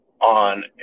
on